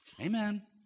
Amen